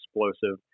explosive